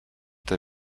der